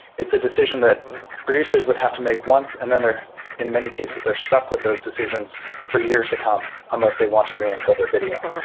it's a decision that producers would have to make once and then in many cases they're stuck with those decisions for years to come unless they want to re-encode their video.